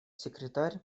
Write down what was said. секретарь